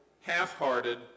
half-hearted